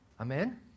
Amen